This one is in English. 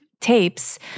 tapes